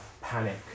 panic